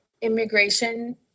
immigration